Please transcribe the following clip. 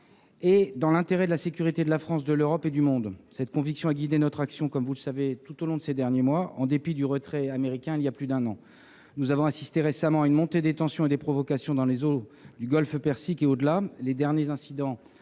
est dans l'intérêt de la sécurité de la France, de l'Europe et du monde. Cette conviction a guidé notre action tout au long de ces derniers mois, en dépit du retrait américain, intervenu voilà plus d'un an. Nous avons récemment assisté à une montée des tensions et des provocations dans les eaux du golfe Persique et au-delà. Les derniers incidents